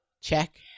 check